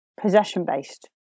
possession-based